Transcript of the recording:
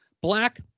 Black